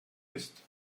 ist